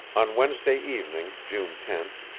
on wednesday evening, june ten,